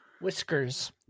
Whiskers